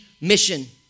mission